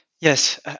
Yes